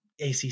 ACC